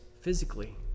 physically